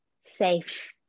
safe